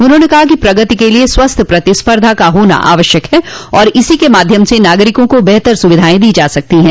उन्होंने कहा कि प्रगति के लिये स्वस्थ प्रतिस्पर्धा का होना आवश्यक है और इसी के माध्यम से नागरिकों को बेहतर सुविधाएं दी जा सकती है